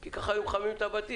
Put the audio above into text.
כי כך היו מחממים את הבתים.